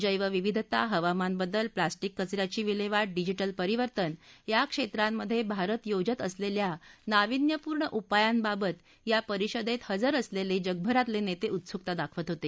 जद्यविविधता हवामान बदल प्लास्टिक कच याची विल्हेवाट डिजिटल परिवर्तन या क्षेत्रामधे भारत योजत असलेल्या नावीन्यपूर्ण उपायाबाबत या परिषदेत हजर असलेले जगभरातले नेते उत्सुकता दाखवत होते